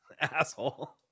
asshole